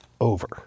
over